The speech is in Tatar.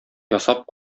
ясап